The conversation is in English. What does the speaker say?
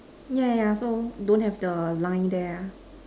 yeah yeah yeah so don't have the line there ah